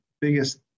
biggest